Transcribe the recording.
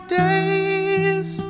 days